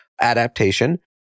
adaptation